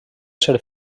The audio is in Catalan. ser